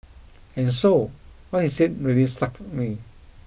and so what he said really struck me